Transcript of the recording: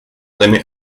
limit